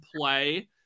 play